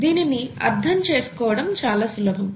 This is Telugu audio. దీనిని అర్థం చేసుకోవడం చాలా సులభం